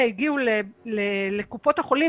שהגיעו לקופות החולים,